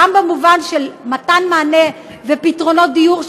גם במובן של מתן מענה ופתרונות דיור,